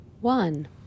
one